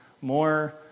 more